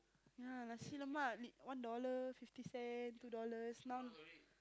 ya nasi-lemak li~ one dollar fifty cent two dollars now